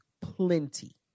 Plenty